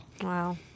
Wow